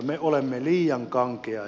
me olemme liian kankeita